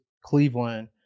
Cleveland